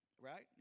Right